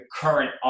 current